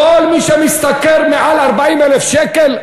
כל מי שמשתכר יותר מ-40,000 שקל,